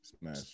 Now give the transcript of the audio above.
smash